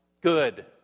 Good